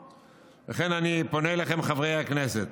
לכן, אני פונה אליכם, חברי הכנסת,